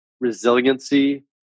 resiliency